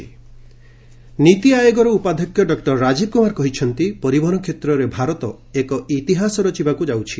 concluding session ନୀତିଆୟୋଗର ଉପାଧ୍ୟକ୍ଷ doctor Rajiv Kumar କହିଛନ୍ତି ପରିବହନ କ୍ଷେତ୍ରରେ ଭାରତ ଏକ ଇତିହାସ ରଚିବାକୁ ଯାଉଛି